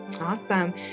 Awesome